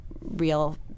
real